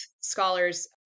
scholars